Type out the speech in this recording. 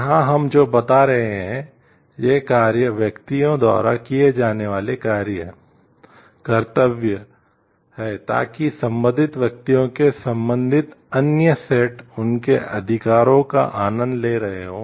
यहां हम जो बता रहे हैं ये कार्य व्यक्तियों द्वारा किए जाने वाले कार्य कर्तव्य हैं ताकि संबंधित व्यक्तियों के संबंधित अन्य सेट उनके अधिकारों का आनंद ले रहे हों